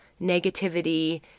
negativity